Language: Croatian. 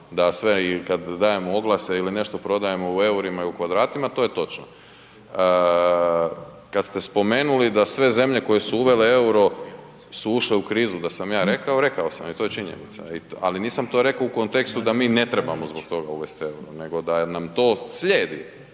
da sve i kad dajemo oglase ili nešto prodajemo u EUR-ima i kvadratima to je točno. Kad ste spomenuli da sve zemlje koje su uvele EUR-o su ušle u krizu da sam ja rekao, rekao sam i to je činjenica, ali nisam to reko u kontekstu da mi ne trebamo zbog toga uvest EUR-o, nego da nam to slijedi